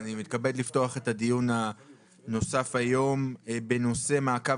אני מתכבד לפתוח את הדיון הנוסף היום בנושא מעקב